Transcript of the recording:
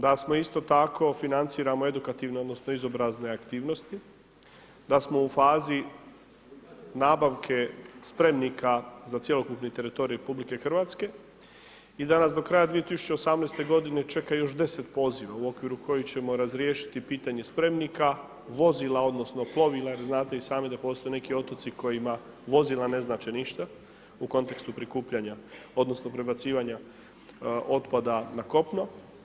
Da smo isto tako financiramo edukativne, odnosno izobrazne aktivnosti, da smo u fazi nabavke spremnika za cjelokupni teritorij RH i da nas do kraja 2018. godine čeka još 10 poziva u okviru kojih ćemo razriješiti pitanje spremnika, vozila, odnosno plovila jer znate i sami da postoje neki otoci kojima vozila ne znače ništa, u kontekstu prikupljanja, odnosno prebacivanja otpada na kopno.